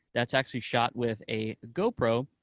that's actually shot with a gopro,